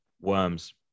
worms